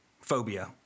phobia